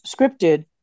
scripted